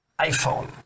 iphone